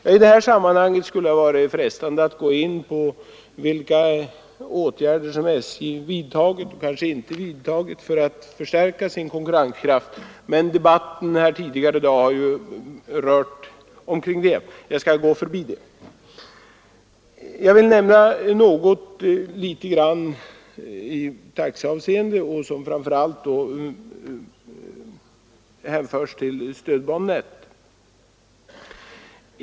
I detta sammanhang skulle det vara frestande att gå in på vilka åtgärder som SJ vidtagit för att stärka sin konkurrenskraft — eller vilka åtgärder man har underlåtit att vidta — men eftersom dagens debatt i hög grad har rört sig om det skall jag här gå förbi den frågan. I stället vill jag säga något om taxorna, framför allt då i vad gäller stödbanenätet.